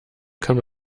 kann